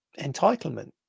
entitlement